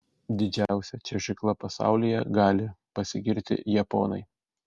didžiausia čiuožykla pasaulyje gali pasigirti japonai